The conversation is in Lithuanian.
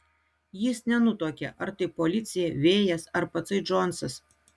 jis nenutuokė ar tai policija vėjas ar patsai džonsas